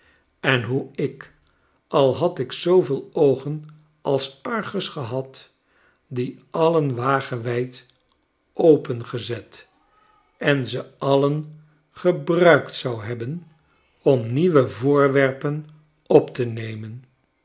en hoe ik al had ik zooveel oogen als argus gehad die alien wagewijd opengezet en ze alien gebruikt zou hebben om nieuwe voorwerpen op te nemen